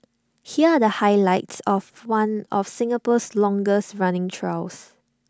here are the highlights of one of Singapore's longest running trials